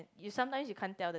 you sometimes you can't tell the